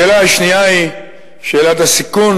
שאלה שנייה היא שאלת הסיכון,